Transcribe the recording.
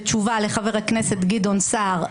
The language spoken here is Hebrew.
ותשובה לחבר הכנסת גדעון סער,